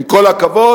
עם כל הכבוד,